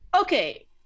Okay